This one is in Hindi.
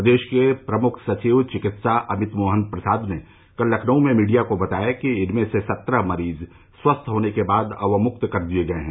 प्रदेश के प्रमुख सचिव चिकित्सा अमित मोहन प्रसाद ने कल लखनऊ में मीडिया को बताया कि इनमें से सत्रह मरीज स्वस्थ होने के बाद अवमुक्त कर दिये गये हैं